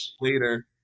later